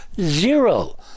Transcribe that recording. zero